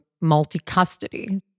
multi-custody